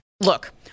look